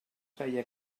feia